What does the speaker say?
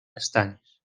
pestañas